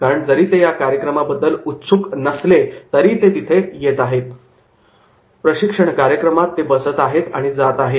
कारण जरी ते या कार्यक्रमाबद्दल उत्सुक नसले तरी ते इथे येत आहेत प्रशिक्षण कार्यक्रमात ते बसत आहेत आणि जात आहेत